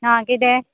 आं किदें